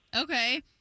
Okay